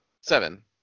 Seven